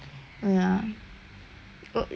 we eh today you went to school right or what